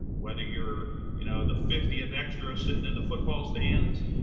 whether you're you know the fiftieth extra sitting in the football stands,